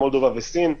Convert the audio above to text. מולדובה וסין,